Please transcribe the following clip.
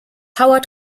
howard